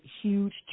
huge